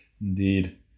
indeed